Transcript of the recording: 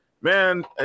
man